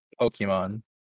Pokemon